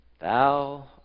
Thou